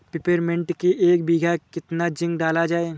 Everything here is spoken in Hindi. पिपरमिंट की एक बीघा कितना जिंक डाला जाए?